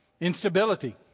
Instability